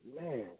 Man